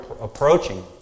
approaching